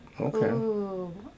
Okay